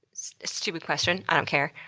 stupid question, i don't care,